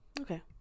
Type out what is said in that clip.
okay